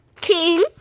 King